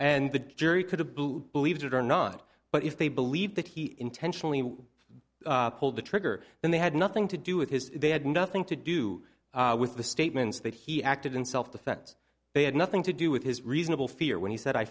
and the jury could have blue believe it or not but if they believe that he intentionally pulled the trigger then they had nothing to do with his they had nothing to do with the statements that he acted in self defense they had nothing to do with his reasonable fear when he said i